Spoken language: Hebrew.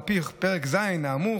על פי פרק ז' האמור,